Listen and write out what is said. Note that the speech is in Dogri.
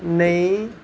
नेईं